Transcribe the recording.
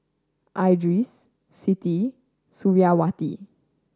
Idris Siti Suriawati